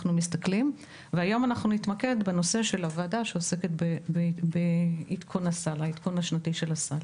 היום אנחנו נתמקד בנושא הוועדה שעוסקת בעדכון השנתי של הסל.